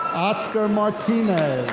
oscar martinez.